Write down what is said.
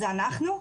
זה אנחנו?